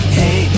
hey